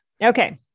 Okay